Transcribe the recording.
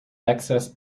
excess